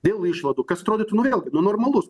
dėl išmatų kas atrodytų nu vėlgi nu normalus